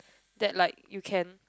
that like you can